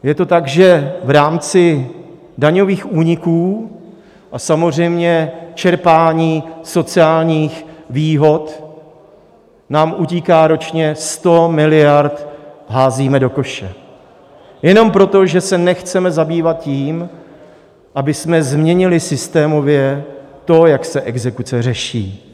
Je to tak, že v rámci daňových úniků a samozřejmě čerpání sociálních výhod nám utíká ročně sto miliard, házíme je do koše jenom proto, že se nechceme zabývat tím, abychom změnili systémově to, jak se exekuce řeší.